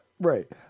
Right